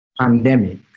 pandemic